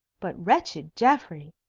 but wretched geoffrey!